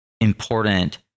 important